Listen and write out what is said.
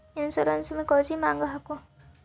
Insurance मे कौची माँग हको?